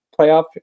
playoff